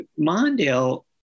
Mondale